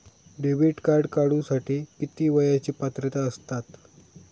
Debit card काढूसाठी किती वयाची पात्रता असतात?